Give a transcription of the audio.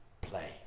play